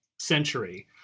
century